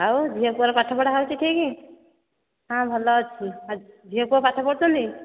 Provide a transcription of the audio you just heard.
ଆଉ ଝିଅ ପୁଅର ପାଠପଢ଼ା ହେଉଛି ଠିକ ହଁ ଭଲ ଅଛି ଝିଅ ପୁଅ ପାଠ ପଢ଼ୁଛନ୍ତି